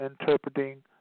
interpreting